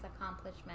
accomplishment